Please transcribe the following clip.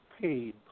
paid